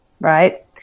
Right